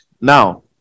Now